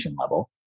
level